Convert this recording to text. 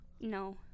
No